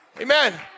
Amen